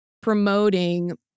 promoting